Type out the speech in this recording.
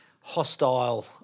hostile